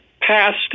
passed